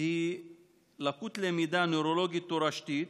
היא לקות למידה נוירולוגית תורשתית,